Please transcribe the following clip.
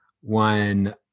one